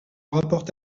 rapporte